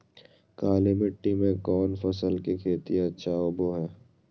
काली मिट्टी में कौन फसल के खेती अच्छा होबो है?